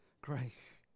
grace